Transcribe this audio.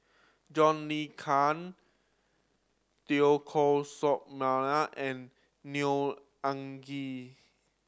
John Le Cain Teo Koh Sock Miang and Neo Anngee